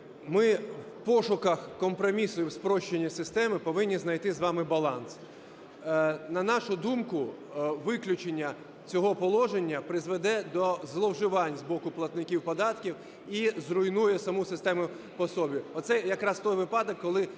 Ми у пошуках компромісів спрощення системи повинні знайти з вами баланс. На нашу думку, виключення цього положення призведе до зловживань з боку платників податків і зруйнує саму систему по собі.